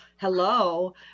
hello